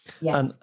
Yes